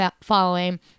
following